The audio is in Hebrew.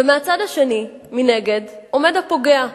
ומהצד השני, מנגד, עומד הפוגע.